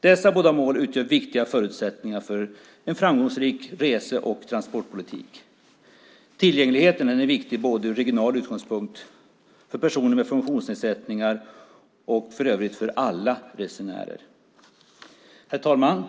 Dessa båda mål utgör viktiga förutsättningar för en framgångsrik rese och transportpolitik. Tillgängligheten är viktig ur regional utgångspunkt, för personer med funktionsnedsättningar och för övrigt för alla resenärer. Herr talman!